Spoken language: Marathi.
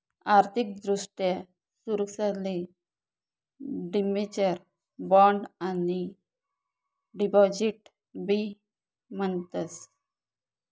आर्थिक दृष्ट्या सुरक्षाले डिबेंचर, बॉण्ड आणि डिपॉझिट बी म्हणतस